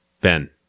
Ben